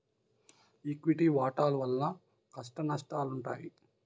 equity వాటాల వలన కష్టనష్టాలుంటాయి